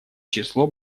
число